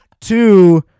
Two